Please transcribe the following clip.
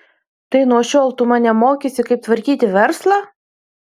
tai nuo šiol tu mane mokysi kaip tvarkyti verslą